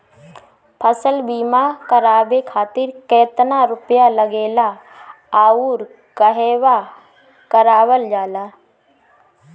फसल बीमा करावे खातिर केतना रुपया लागेला अउर कहवा करावल जाला?